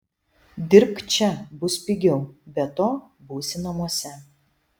dirbk čia bus pigiau be to būsi namuose